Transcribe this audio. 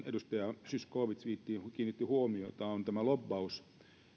edustaja zyskowicz kiinnitti huomiota on tämä lobbaus